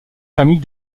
famille